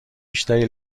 بیشتری